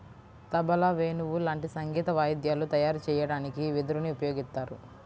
తబలా, వేణువు లాంటి సంగీత వాయిద్యాలు తయారు చెయ్యడానికి వెదురుని ఉపయోగిత్తారు